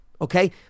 Okay